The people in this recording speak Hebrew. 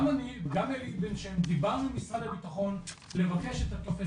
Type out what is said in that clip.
גם אני וגם אלי בן שם דיברנו עם משרד הבטחון לבקש את הטופס,